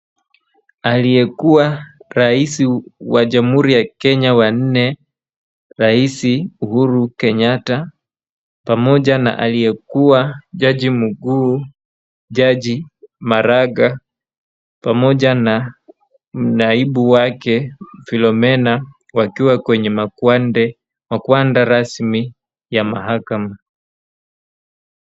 Aliyekuwa rais wa jamhuri ya kenya wa nne , rais Uhuru Kenyatta , pamoja na aliyekuwa jaji mkuu jaji Maraga ,pamoja na naibu wake Philomena ,wakiwa kwenye magwanda rasmi ya mahakama.